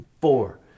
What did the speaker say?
four